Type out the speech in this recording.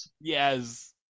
Yes